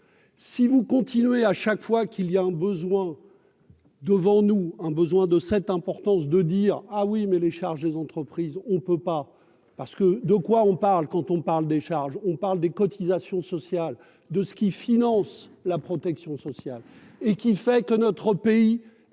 si vous continuez à chaque fois qu'il y a un besoin devant nous un besoin de cette importance de dire ah oui, mais les charges des entreprises, on ne peut pas, parce que de quoi on parle quand on parle des charges, on parle des cotisations sociales, de ceux qui financent la protection sociale et qui fait que notre pays est